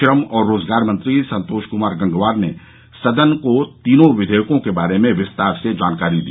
श्रम और रोजगार मंत्री संतोष कुमार गंगवार ने सदन को तीनों विधेयकों के बारे में विस्तार से जानकारी दी